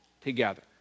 together